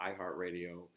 iHeartRadio